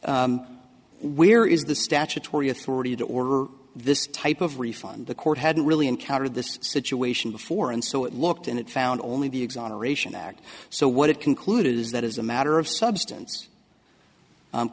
where is the statutory authority to order this type of refund the court hadn't really encountered this situation before and so it looked and it found only the exoneration act so what it concluded is that as a matter of substance